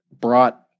brought